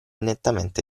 nettamente